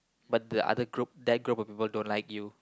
but the other group that group of people don't like you